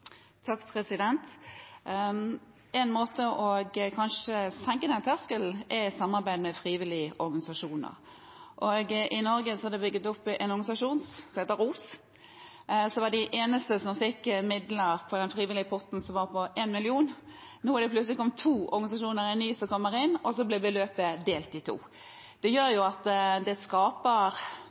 En måte å senke den terskelen på er kanskje gjennom samarbeid med frivillige organisasjoner. I Norge er det bygd opp en organisasjon som heter ROS, Rådgivning om spiseforstyrrelser, som var den eneste som fikk midler fra frivillig-potten som var på 1 mill. kr. Nå er det plutselig to organisasjoner – en ny har kommet inn – og beløpet blir delt i to. Det